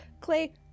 Clay